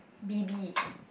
B B